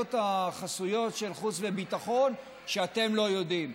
הוועדות החסויות של חוץ וביטחון שאתם לא יודעים.